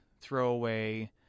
throwaway